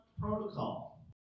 protocol